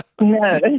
No